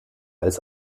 als